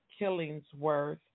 Killingsworth